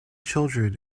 children